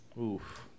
Oof